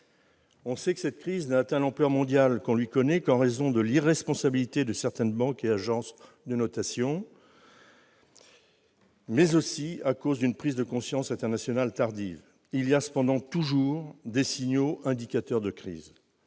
aussi que cette crise n'a atteint l'ampleur mondiale qu'on lui connaît qu'en raison de l'irresponsabilité de certaines banques et agences de notation, mais aussi à cause d'une prise de conscience internationale tardive. Il y a néanmoins toujours des signaux indicateurs de crise.